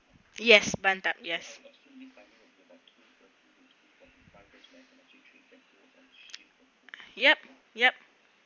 yes bunned up yes yup yup